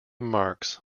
marks